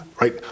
right